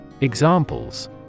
Examples